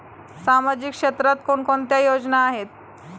सामाजिक क्षेत्रात कोणकोणत्या योजना आहेत?